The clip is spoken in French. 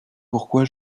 pourquoi